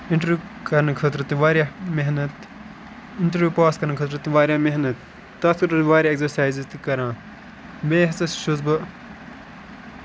interview کرنہٕ خٲطرٕ تہِ واریاہ محنت اِنٹرویوٗ پاس کرنہٕ خٲطرٕ تہِ محنت تَتھ خٲطرٕ واریاہ اٮ۪گزرسایزٕ تہِ کران بییہِ ہسا چھُس بہٕ